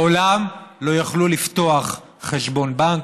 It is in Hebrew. לעולם לא יוכלו לפתוח חשבון בנק,